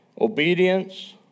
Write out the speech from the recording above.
obedience